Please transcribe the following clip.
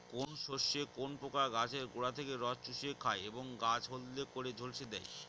কোন শস্যে কোন পোকা গাছের গোড়া থেকে রস চুষে খায় এবং গাছ হলদে করে ঝলসে দেয়?